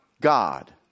God